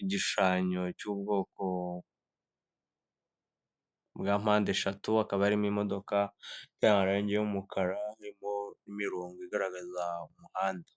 igishushanyo cy'ubwoko bwa mpandeshatu, hakaba harimo imodoka y'amarangi y'umukara harimo n'imironko igaragaza umuhanda.